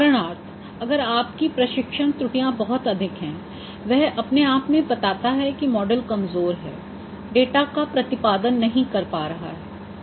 उदाहरणार्थ अगर आपकी प्रशिक्षण त्रुटियाँ बहुत अधिक हैं वह अपने आप में बताता है कि मॉडल कमजोर है डेटा का प्रतिपादन नहीं कर पा रहा है